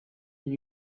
and